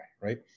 right